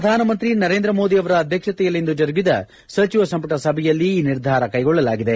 ಪ್ರಧಾನಮಂತ್ರಿ ನರೇಂದ್ರ ಮೋದಿ ಅವರ ಅಧ್ಯಕ್ಷತೆಯಲ್ಲಿಂದು ಜರುಗಿದ ಸಚಿವ ಸಂಪುಟ ಸಭೆಯಲ್ಲಿ ಈ ನಿರ್ಧಾರ ಕೈಗೊಳ್ಳಲಾಗಿದೆ